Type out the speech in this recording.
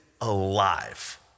alive